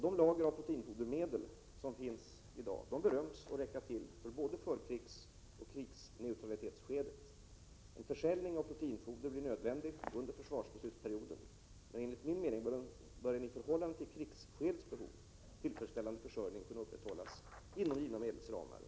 De lager av proteinfodermedel som finns i dag bedöms räcka till för både förkrigsoch krigsneutralitetsskedet. En försäljning av proteinfodermedel blir nödvändig under försvarsbeslutsperioden. Men enligt min mening bör en i förhållande till krigsskedets behov tillfredsställande försörjning kunna upprätthållas inom givna medelsramar.